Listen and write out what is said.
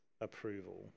approval